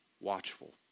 watchful